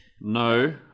no